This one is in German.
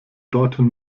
dorthin